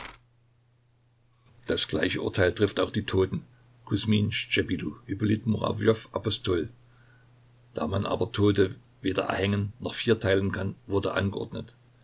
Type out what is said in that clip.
das gleiche urteil trifft auch die toten kusmin schtschepilo ippolit murawjow apostol da man aber tote weder erhängen noch vierteilen kann wurde angeordnet